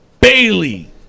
Bailey